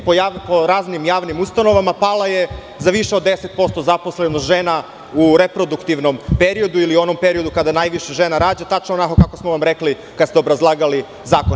Po raznim javnim ustanovama pala je za više od 10% zaposlenost žena u reproduktivnom periodu ili onom periodu kada najviše žena rađa, tačno onako kako smo vam rekli kada ste obrazlagali zakon.